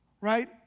right